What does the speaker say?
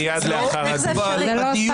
זה לא מקובל.